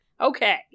Okay